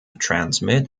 transmit